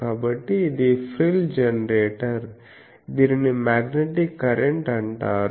కాబట్టి ఇది ఫ్రిల్ జెనరేటర్ దీనిని మాగ్నెటిక్ కరెంట్ అంటారు